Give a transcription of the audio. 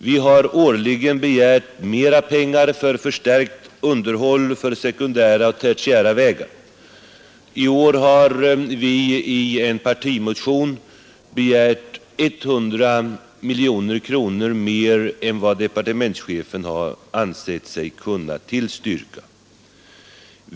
Vi har årligen begärt mera pengar för förstärkt underhåll för sekundära och tertiära vägar. I år har vi i en partimotion begärt 100 miljoner kronor mer än departementschefen tillstyrkt.